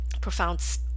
profound